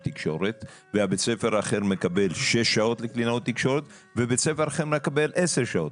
תקשורת וגם כנציגת החוג להפרעות בתקשורת באוניברסיטת תל-אביב.